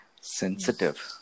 sensitive